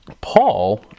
Paul